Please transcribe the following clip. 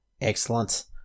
Excellent